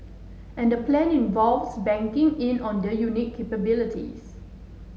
and the plan involves banking in on their unique capabilities